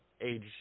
age